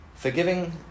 Forgiving